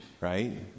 right